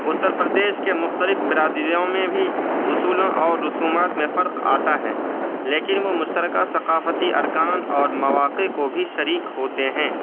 اترپردیش کے مختلف برادریوں میں بھی اصولوں اور رسومات میں فرق آتا ہے لیکن وہ مشترکہ ثقافتی ارکان اور مواقع کو بھی شریک ہوتے ہیں